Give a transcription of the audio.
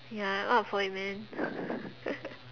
ya I'm up for it man